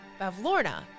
Bavlorna